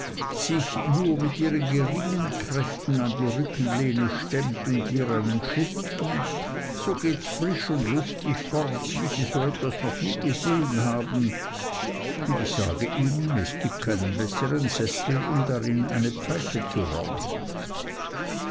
sich nur mit ihren geringen kräften an die rücklehne stemmt und ihr einen schub gibt so gehts so frisch und lustig fort wie sie so etwas noch nie gesehen haben und ich sage ihnen es gibt keinen bessern sessel um darin eine pfeife zu rauchen